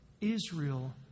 Israel